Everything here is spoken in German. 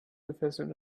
gefesselt